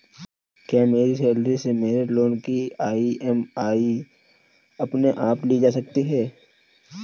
क्या मेरी सैलरी से मेरे लोंन की ई.एम.आई अपने आप ली जा सकती है?